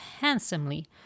handsomely